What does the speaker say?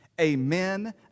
Amen